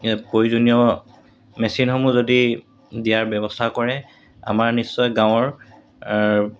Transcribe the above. এই প্ৰয়োজনীয় মেচিনসমূহ যদি দিয়াৰ ব্যৱস্থা কৰে আমাৰ নিশ্চয় গাঁৱৰ